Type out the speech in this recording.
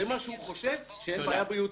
זה מה שהוא חושב, שאין בעיה בריאותית?